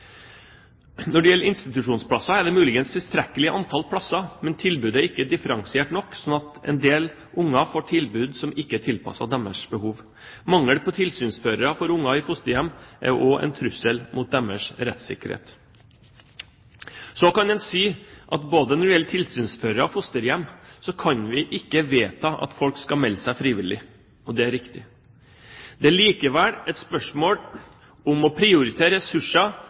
Når det gjelder institusjonsplasser, er det muligens tilstrekkelig antall plasser, men tilbudet er ikke differensiert nok, slik at en del barn får tilbud som ikke er tilpasset deres behov. Mangelen på tilsynsførere for barn i fosterhjem er også en trussel mot deres rettssikkerhet. Så kan en si at når det gjelder tilsynsførere og fosterhjem, kan vi ikke vedta at folk skal melde seg frivillig. Det er riktig. Det er likevel et spørsmål om å prioritere ressurser